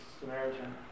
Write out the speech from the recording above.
Samaritan